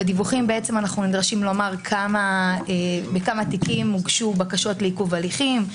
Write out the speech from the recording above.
בדיווחים אנחנו גם נדרשים לומר בכמה תיקים הוגשו בקשות לעיכוב הליכים,